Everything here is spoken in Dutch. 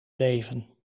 leven